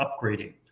upgrading